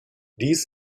dies